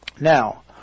Now